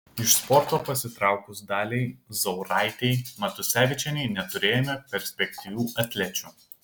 iš sporto pasitraukus daliai zauraitei matusevičienei neturėjome perspektyvių atlečių